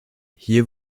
hier